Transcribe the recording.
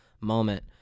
moment